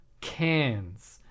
cans